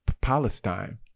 Palestine